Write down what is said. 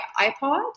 ipod